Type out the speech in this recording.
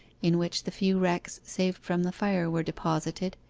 in which the few wrecks saved from the fire were deposited,